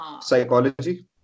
Psychology